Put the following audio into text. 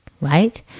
right